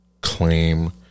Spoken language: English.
claim